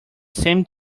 same